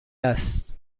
است